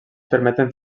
permeten